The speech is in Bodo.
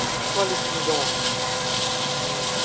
क'वालिटिनि दंङ ओं